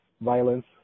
Violence